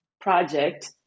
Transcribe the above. project